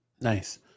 nice